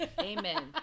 amen